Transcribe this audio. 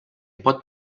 pot